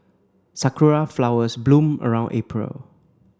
Sakura flowers bloom around April